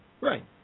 Right